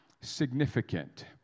significant